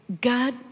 God